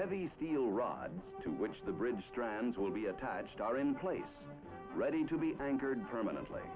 heavy steel rod to which the bridge strands will be attached are in place ready to be anchored permanently